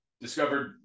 discovered